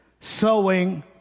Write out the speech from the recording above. sowing